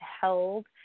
held